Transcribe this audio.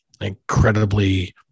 incredibly